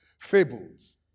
fables